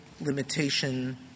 limitation